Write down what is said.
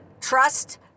Trust